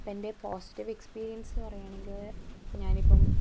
ഇപ്പെൻ്റെ positive experience എന്ന് പറയുകയാണെങ്കിൽ ഞാനിപ്പം